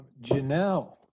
Janelle